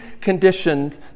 conditioned